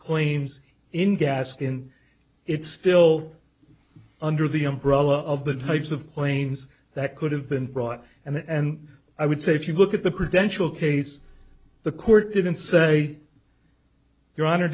claims in gaskin it's still under the umbrella of the types of claims that could have been brought and i would say if you look at the credential case the court didn't say your honor